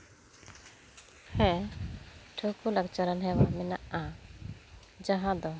ᱦᱮᱸ ᱴᱷᱟᱹᱣᱠᱟᱹ ᱞᱟᱠᱪᱟᱨᱟᱱ ᱦᱮᱸ ᱢᱮᱱᱟᱜᱼᱟ ᱡᱟᱦᱟᱸ ᱫᱚ